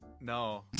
No